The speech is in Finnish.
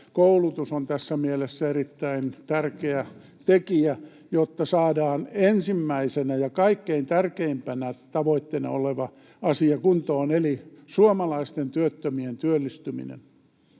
Koulutus on tässä mielessä erittäin tärkeä tekijä, jotta saadaan kuntoon ensimmäisenä ja kaikkein tärkeimpänä tavoitteena oleva asia eli suomalaisten työttömien työllistyminen.